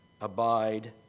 abide